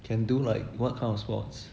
can do like what kind of sports